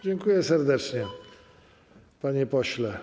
Dziękuję serdecznie, panie pośle.